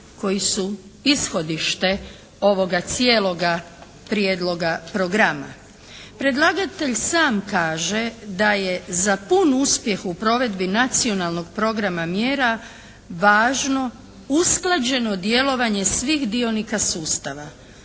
koji su ishodište ovoga cijeloga prijedloga programa. Predlagatelj sam kaže da je za pun uspjeh u provedbi Nacionalnog programa mjera važno usklađeno djelovanje svih dionika sustava.